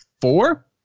Four